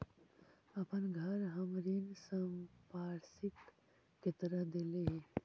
अपन घर हम ऋण संपार्श्विक के तरह देले ही